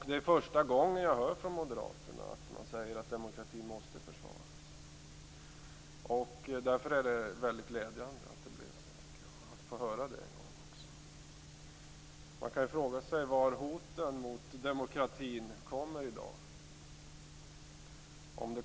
Det är första gången jag hör att man från Moderaternas sida säger att demokratin måste försvaras. Det är mycket glädjande att få höra det en gång. Man kan fråga sig varifrån hotet mot demokratin kommer i dag.